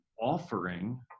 offering